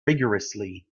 rigourously